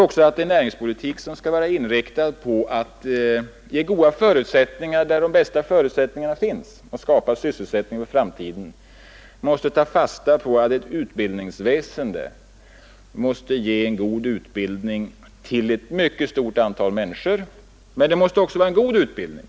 En näringspolitik, som vill vara inriktad på att skapa goda förutsättningar för sysselsättning i framtiden, måste ta fasta på att ett utbildningsväsende skall ge utbildning till ett mycket stort antal människor. Men det måste också vara en god utbildning.